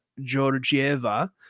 Georgieva